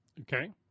Okay